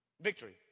Victory